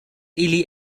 ili